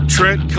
Trent